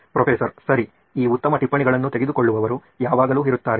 professor ಸರಿ ಈ ಉತ್ತಮ ಟಿಪ್ಪಣಿಗಳನ್ನು ತೆಗೆದುಕೊಳ್ಳುವವರು ಯಾವಾಗಲೂ ಇರುತ್ತಾರೆ